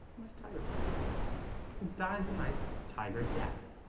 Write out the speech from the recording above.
nice tiger feather it dies a nice tiger death